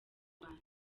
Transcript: rwanda